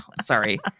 sorry